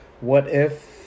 what-if